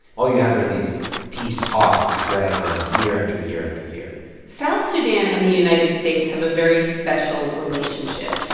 all you have are these peace talks that drag on year after year after year south sudan and the united states have a very special relationship.